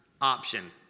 option